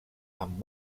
amb